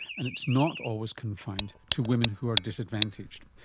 and it's not always confined to women who are disadvantaged.